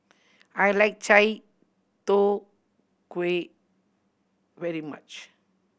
I like chai tow kway very much